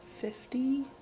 fifty